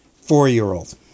four-year-old